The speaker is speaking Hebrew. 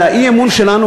חבר הכנסת,